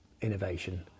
innovation